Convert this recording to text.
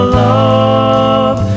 love